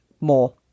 more